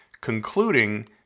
concluding